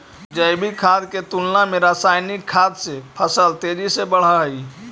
जैविक खाद के तुलना में रासायनिक खाद से फसल तेजी से बढ़ऽ हइ